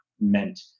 meant